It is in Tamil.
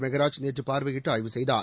மெகராஜ் நேற்று பார்வையிட்டு ஆய்வு செய்தார்